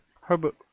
Herbert